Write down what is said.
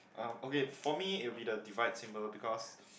oh okay for me it will be the divide symbol because